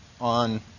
on